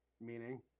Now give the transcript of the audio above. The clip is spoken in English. Meaning